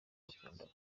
bakundana